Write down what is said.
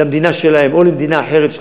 למדינה שלהם או למדינה אחרת,